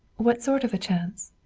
what sort of a chance?